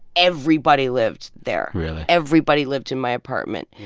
everybody lived there really? everybody lived in my apartment.